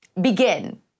begin